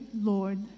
Lord